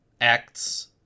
Acts